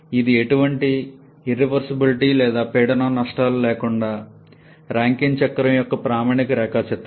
ఇది ఎటువంటి ఇర్రివర్సబులిటీ లేదా పీడనం నష్టాలు లేకుండా రాంకైన్ చక్రం యొక్క ప్రామాణిక రేఖాచిత్రం